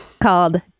called